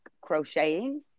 crocheting